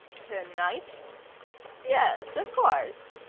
tonight? yes, of course,